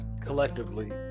collectively